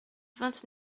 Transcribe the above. vingt